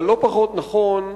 אבל לא פחות נכון לומר,